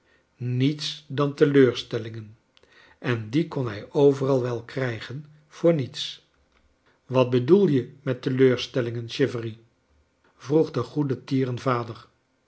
niets dan teleurstellingen en die kon hij overal wel krijgen voor niets wat bedoel je met teleurstellingen chivery v vroeg de goedertieren